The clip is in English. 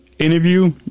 interview